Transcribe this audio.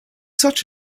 such